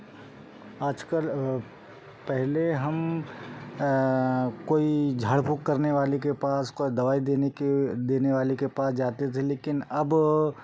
आज कल पहले हम पहले कोई झाड़ फूँक करने वाले के पास कोई दवाई के देने वाले के पास जाते थे लेकिन अब